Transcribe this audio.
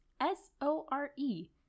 S-O-R-E